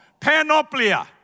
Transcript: panoplia